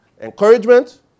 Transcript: encouragement